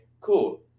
cool